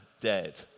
dead